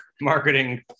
marketing